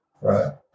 right